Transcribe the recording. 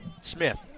Smith